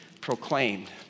proclaimed